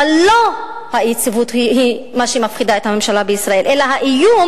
אבל לא האי-יציבות היא מה שמפחיד את הממשלה בישראל אלא האיום